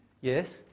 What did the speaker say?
yes